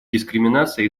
дискриминации